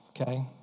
Okay